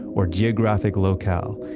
or geographic locale.